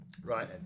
Right